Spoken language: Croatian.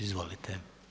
Izvolite.